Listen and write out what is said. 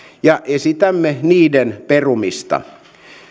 ja esitämme niiden perumista